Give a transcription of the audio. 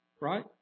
Right